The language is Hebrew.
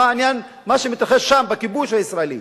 מה שמתרחש שם בכיבוש הישראלי.